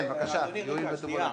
כן, בבקשה, יועיל בטובו להמשיך.